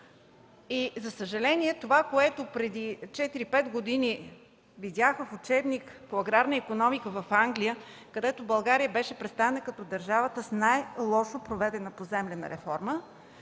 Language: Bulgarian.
За съжаление, това, което преди четири-пет години видях в учебник по аграрна икономика в Англия, където България беше представена като държавата с най-лошо проведена поземлена реформа,